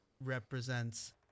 represents